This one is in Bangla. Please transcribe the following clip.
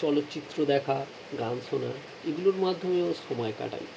চলচ্চিত্র দেখা গান শোনা এগুলোর মাধ্যমেও সময় কাটাই